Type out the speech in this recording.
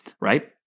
right